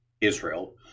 Israel